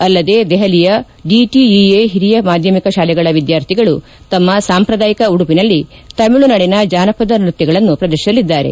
ಅಲ್ಲದೆ ದೆಹಲಿಯ ಡಿಟಿಇಎ ಹಿರಿಯ ಮಾಧ್ಯಮಿಕ ಶಾಲೆಗಳ ವಿದ್ಯಾರ್ಥಿಗಳು ತಮ್ಮ ಸಾಂಪ್ರದಾಯಿಕ ಉಡುಪಿನಲ್ಲಿ ತಮಿಳುನಾದಿನ ಜಾನಪದ ನೃತ್ಯಗಳನ್ನು ಪ್ರದರ್ಶಿಸಿಲಿದ್ದಾರೆ